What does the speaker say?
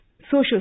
Social